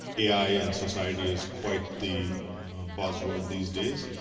ai and society is quite the buzzword these days.